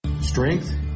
Strength